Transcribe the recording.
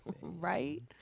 Right